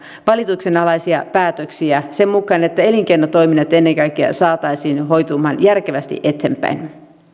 valituksen alaisia päätöksiä niin että elinkeinotoiminta ennen kaikkea saataisiin hoitumaan järkevästi eteenpäin